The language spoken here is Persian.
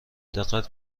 دقت